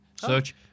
Search